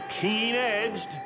keen-edged